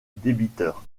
débiteur